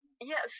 Yes